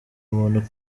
muntu